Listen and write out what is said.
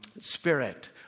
Spirit